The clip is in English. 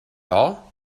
all